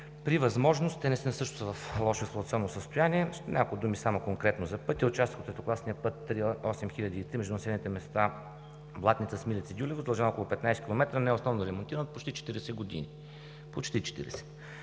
при възможност, те наистина също са в лошо експлоатационно състояние. Няколко думи само конкретно за пътя: участъкът от третокласния път 3-8003 между населените места Блатница – Смилец и Гюлево, с дължина около 15 км не е основно ремонтиран почти 40 години.